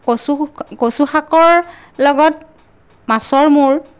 কচু কচু শাকৰ লগত মাছৰ মূৰ